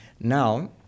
Now